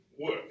work